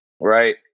right